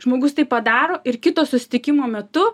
žmogus tai padaro ir kito susitikimo metu